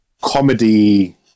comedy